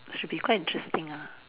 should be quite interesting ah